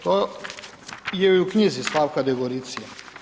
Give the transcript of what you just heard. To je i u knjizi Slavka Degoricije.